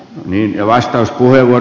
arvoisa puhemies